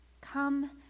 Come